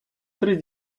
три